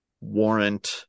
warrant